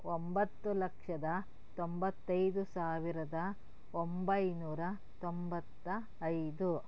ಒಂಬತ್ತು ಲಕ್ಷದ ತೊಂಬತ್ತೈದು ಸಾವಿರದ ಒಂಬೈನೂರ ತೊಂಬತ್ತ ಐದು